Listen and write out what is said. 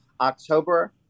October